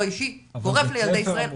לא אישי - גורף לילדי ישראל,